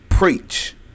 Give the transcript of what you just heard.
Preach